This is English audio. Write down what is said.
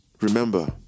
remember